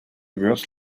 words